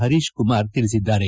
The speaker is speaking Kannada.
ಹರೀಶ್ಕುಮಾರ್ ತಿಳಿಸಿದ್ದಾರೆ